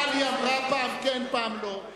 אבל היא אמרה פעם כן ופעם לא.